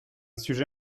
sujet